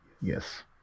Yes